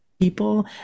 people